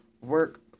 work